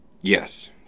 Yes